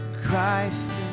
Christ